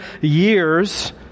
years